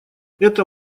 это